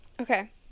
Okay